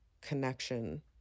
connection